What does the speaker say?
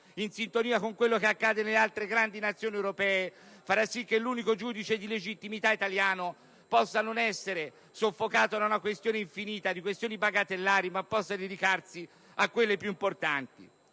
in sintonia con quanto avviene nelle altre grandi Nazioni europee, farà sì che l'unico giudice di legittimità italiano possa non essere soffocato da problemi infiniti, da questioni bagattellari, ma possa dedicarsi ai problemi più importanti.